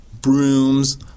brooms